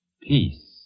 peace